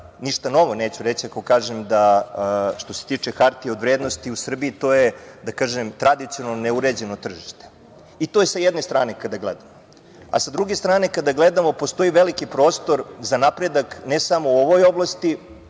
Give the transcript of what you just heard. novo neću reći ako kažem da, što se tiče hartija od vrednosti, u Srbiji, to je, da kažem, tradicionalno ne uređeno tržište i to je sa jedne strane kada gledamo. Sa druge strane kada gledamo, postoji veliki prostor za napredak ne samo u ovoj oblasti,